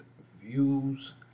views